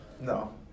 No